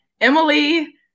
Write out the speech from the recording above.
Emily